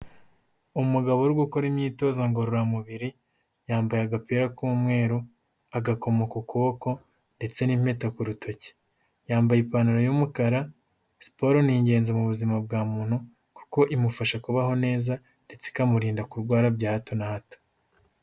Umugabo uri gukora imyitozo ngororamubiri yambaye agapira k'umweru, agakomo ku kuboko ndetse n'impeta ku rutoki, yambaye ipantaro y'umukara. Siporo ni ingenzi mu buzima bwa muntu kuko imufasha kubaho neza ndetse ikamurinda kurwara bya hato na hato.